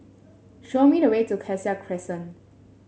show me the way to Cassia Crescent